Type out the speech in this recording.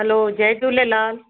hello जय झूलेलाल